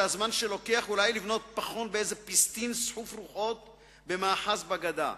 זה הזמן שלוקח אולי לבנות פחון באיזה "פיסטין" סחוף רוחות במאחז בגדה.